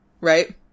right